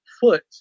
foot